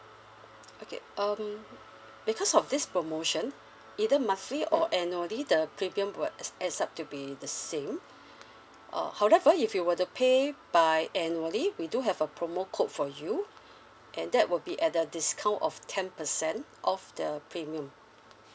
okay um because of this promotion either monthly or annually the premium will adds up to be the same uh however if you were to pay bi-annually we do have a promo code for you and that will be at the discount of ten percent of the premium